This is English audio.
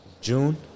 June